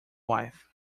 wife